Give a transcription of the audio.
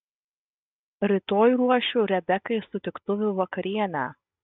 rytoj ruošiu rebekai sutiktuvių vakarienę